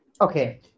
okay